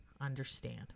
understand